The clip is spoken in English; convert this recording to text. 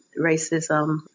racism